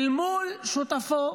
אל מול שותפו,